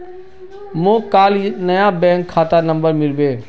मोक काल नया बैंक खाता नंबर मिलबे